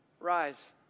rise